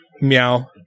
Meow